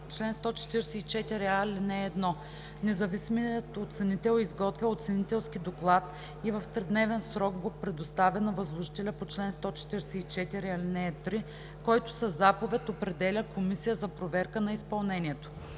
„Чл. 144а. (1) Независимият оценител изготвя оценителски доклад и в тридневен срок го предоставя на възложителя по чл. 144, ал. 3, който със заповед определя комисия за проверка на изпълнението.